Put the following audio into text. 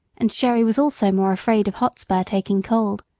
and jerry was also more afraid of hotspur taking cold.